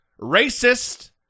racist